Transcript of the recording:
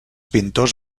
pintors